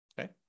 Okay